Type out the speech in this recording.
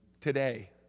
today